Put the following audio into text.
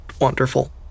wonderful